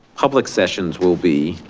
public sessions will be